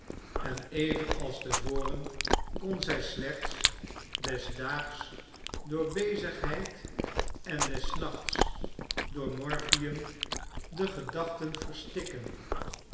en even als te voren kon zij slechts des daags door bezigheid en des nachts door morphium de gedachten verstikken